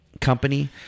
company